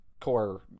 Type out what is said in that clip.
core